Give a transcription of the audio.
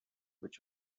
which